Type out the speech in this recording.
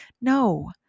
No